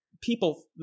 people